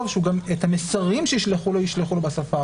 שגם את המסרים שישלחו לו ישלחו לו בשפה הערבית.